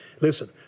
listen